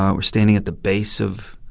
um we're standing at the base of